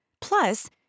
Plus